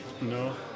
No